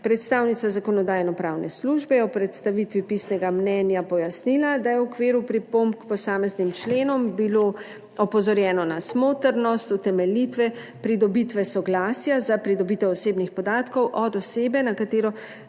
Predstavnica Zakonodajno-pravne službe je v predstavitvi pisnega mnenja pojasnila, da je bilo v okviru pripomb k posameznim členom opozorjeno na smotrnost utemeljitve pridobitve soglasja za pridobitev osebnih podatkov od osebe, na katero